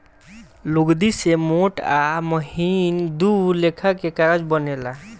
लुगदी से मोट आ महीन दू लेखा के कागज बनेला